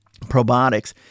probiotics